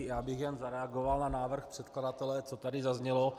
Já bych jen zareagoval na návrh předkladatele, co tady zaznělo.